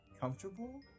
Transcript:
comfortable